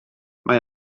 mae